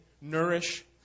nourish